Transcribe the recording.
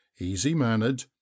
easy-mannered